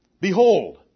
Behold